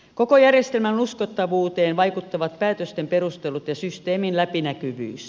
koko järjestelmän uskottavuuteen vaikuttavat päätösten perustelut ja systeemin läpinäkyvyys